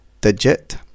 digit